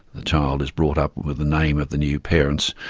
the child is brought up with the name of the new parents,